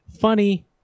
funny